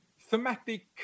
thematic